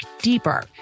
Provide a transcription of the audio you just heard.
deeper